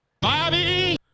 Bobby